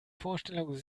vorstellung